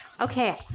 okay